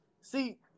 see